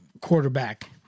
quarterback